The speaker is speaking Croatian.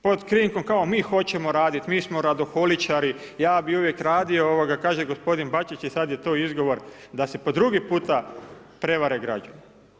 Pod krinkom kao mi hoćemo raditi, mi smo radoholičari, ja bih uvijek radio, ovoga, kaže gospodin Bačić i to je sad izgovor da se po drugi puta prevare građani.